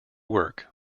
work